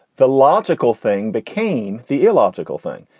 the logical thing became the illogical thing.